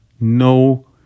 no